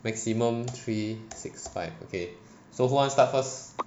maximum three six five okay so who want start first